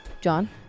John